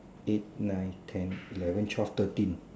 eight nine ten eleven twelve thirteen